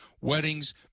weddings